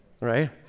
right